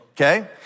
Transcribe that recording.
okay